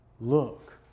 look